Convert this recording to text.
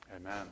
amen